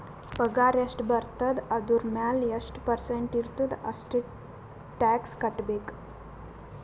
ಪಗಾರ್ ಎಷ್ಟ ಬರ್ತುದ ಅದುರ್ ಮ್ಯಾಲ ಎಷ್ಟ ಪರ್ಸೆಂಟ್ ಇರ್ತುದ್ ಅಷ್ಟ ಟ್ಯಾಕ್ಸ್ ಕಟ್ಬೇಕ್